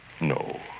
No